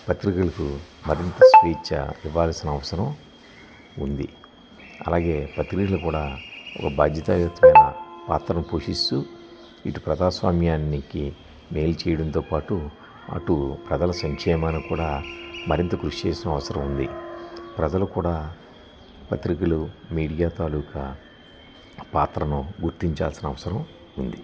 పత్రికలకు మరింత స్వేచ్ఛను ఇవ్వవలసిన అవసరం ఉంది అలాగే పత్రికలు కూడా ఒక బాధ్యతాయుత పాత్రను పోషిస్తూ ఇటు ప్రజాస్వామ్యానికి మేలు చేయడంతో పాటు అటు ప్రజల సంక్షేమానికి కూడా మరింత కృషి చేయవలసిన అవసరం ఉంది ప్రజలు కూడా పత్రికలు మీడియా తాలూకు పాత్రను గుర్తించాల్సిన అవసరం ఉంది